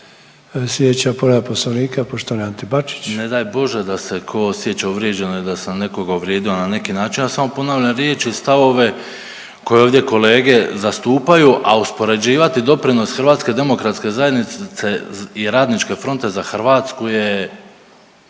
Slijedeća povreda Poslovnika poštovani Ante Bačić.